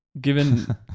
Given